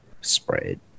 spread